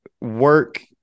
work